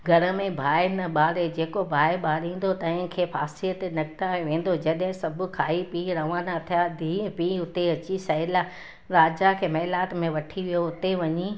घर में बाहि न ॿारे जेको बाहि ॿारींदो तंहिंखे फासीअ ते लटिकायो वेंदो जॾहिं सभु खाई पी रवाना थिया धीउ ऐं पीउ उते अची सहिड़िया राजा खे महिलात में वठी वियो उते वञी